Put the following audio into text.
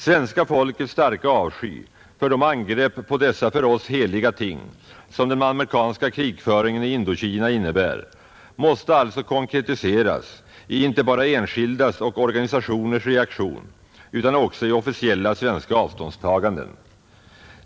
Svenska folkets starka avsky för de angrepp på dessa för oss heliga ting som den amerikanska krigföringen i Indokina innebär måste alltså konkretiseras inte bara i enskildas och organisationers reaktion utan också i officiella svenska avståndstaganden.